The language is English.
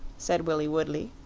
said willie woodley.